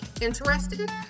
Interested